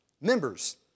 members